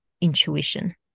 intuition